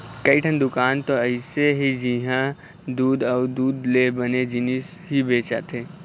कइठन दुकान तो अइसे हे जिंहा दूद अउ दूद ले बने जिनिस ही बेचाथे